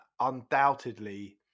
undoubtedly